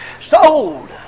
Sold